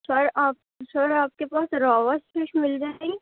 سر آپ سر آپ کے پاس راوس فش مل جائے گی